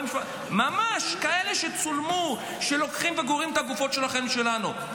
ממש כאלה שצולמו שלוקחים וגוררים את הגופות של החיילים שלנו.